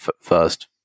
first